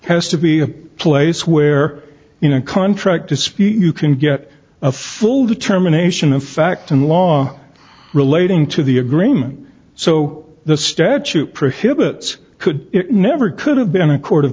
has to be a place where you know a contract dispute you can get a full determination of fact and law relating to the agreement so the statute prohibits could never could have been a court of